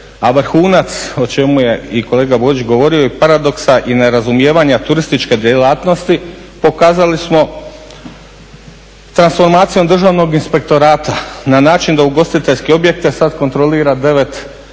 a vrhunac o čemu je i kolega Borić govorio i paradoksa i nerazumijevanja turističke djelatnosti pokazali smo transformacijom Državnog inspektorata na način da ugostiteljske objekte sad kontrolira 9